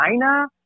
China